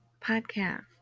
podcast